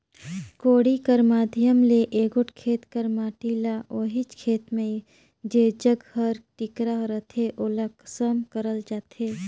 कोड़ी कर माध्यम ले एगोट खेत कर माटी ल ओहिच खेत मे जेजग हर टिकरा रहथे ओला सम करल जाथे